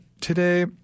today